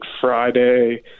Friday